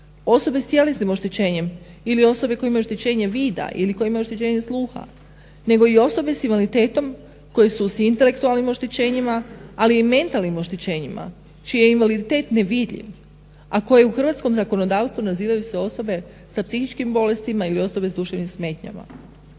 osobe s tjelesnim oštećenjem ili osobe koje imaju oštećenje vida ili koje imaju oštećenje sluha, nego i osobe s invaliditetom koje su s intelektualnim oštećenjima ali i mentalnim oštećenjima čiji je invaliditet nevidljiv a koje u hrvatskom zakonodavstvu nazivaju se osobe sa psihičkim bolestima ili osobe s duševnim smetnjama.